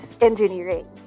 engineering